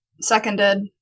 Seconded